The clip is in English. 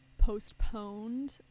postponed